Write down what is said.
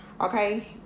Okay